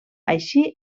així